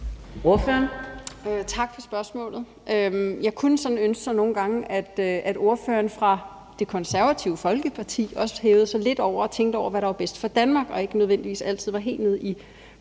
Tak for spørgsmålet. Jeg kunne sådan ønske mig, at ordføreren for Det Konservative Folkeparti nogle gange også ville hæve sig lidt over tingene og tænke på, hvad der var bedst for Danmark, og ikke nødvendigvis altid var helt nede på